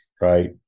right